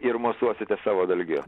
ir mosuosite savo dalgiu